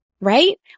Right